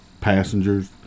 passengers